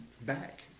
back